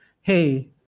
hey